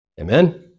Amen